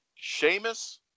Seamus